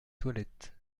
toilette